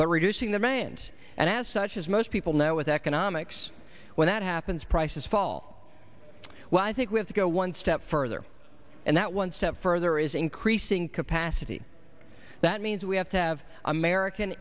but reducing the mand and as such as most people now with economics when that happens prices fall well i think we have to go one step further and that one step further is increasing capacity that means we have to have american